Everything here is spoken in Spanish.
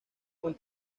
con